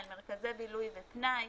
אל מרכזי בילוי ופנאי.